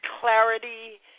clarity